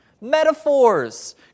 metaphors